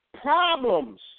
problems